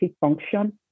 function